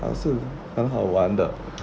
ah 是蛮好玩的